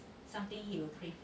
something you play